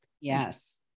Yes